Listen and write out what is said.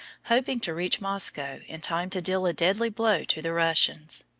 hoping to reach moscow in time to deal a deadly blow to the russians.